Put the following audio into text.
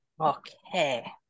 Okay